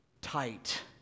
tight